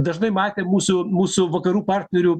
dažnai matė mūsų mūsų vakarų partnerių